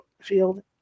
field